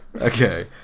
Okay